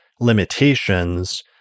limitations